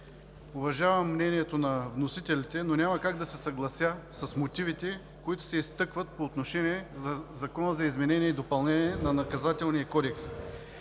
Уважавам мнението на вносителите, но няма как да се съглася с мотивите, които се изтъкват по отношение на Закона за изменение и допълнение на Наказателния кодекс.